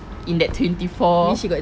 in that twenty four